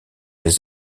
les